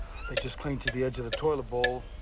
they just cling to the edge of the toilet bowl,